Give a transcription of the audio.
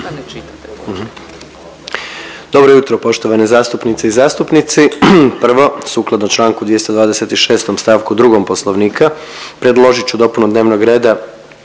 Dobro jutro poštovane zastupnice i zastupnici. Prvo sukladno čl. 226. st. 2. Poslovnika, predložit ću dopunu dnevnog reda